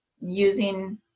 using